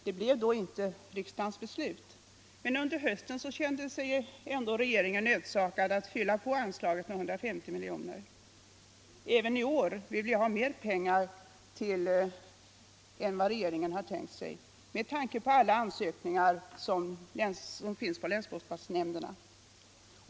Det blev inte riksdagens beslut, men under hösten kände sig ändå regeringen nödsakad att fylla på anslaget med 150 milj.kr. Även i år vill vi ha mer pengar än regeringen tänkt sig —- med tanke på alla ansökningar som finns på länsbostadsnämnderna.